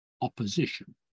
opposition